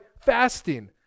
fasting